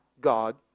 God